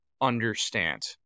understand